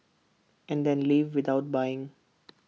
and then leave without buying